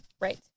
Right